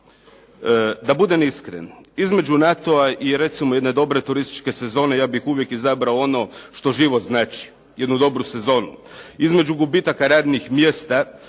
Da budem iskren, između NATO-a i recimo jedne dobre turističke sezone, ja bih uvijek izabrao ono što život znači, jednu dobru sezonu. Između gubitaka radnih mjesta,